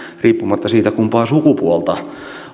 riippumatta siitä kumpaa sukupuolta